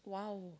!wow!